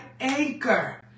anchor